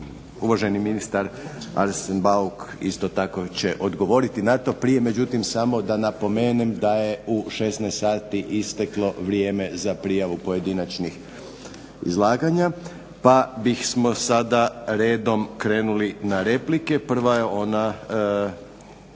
uvaženi ministar Arsen Bauk isto tako će odgovoriti na to prije. Međutim, samo da napomenem da je 16,00 sati isteklo vrijeme za prijavu pojedinačnih izlaganja, pa bismo sada redom krenuli na replike. Prva je ona